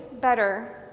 better